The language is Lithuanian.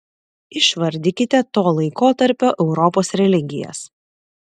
išvardykite to laikotarpio europos religijas